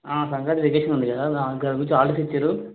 Sankranti vacation ఉంది కదా దానికి హాలిడేస్ ఇచ్చారు